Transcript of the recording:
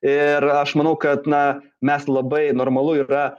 ir aš manau kad na mes labai normalu yra